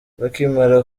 bakimara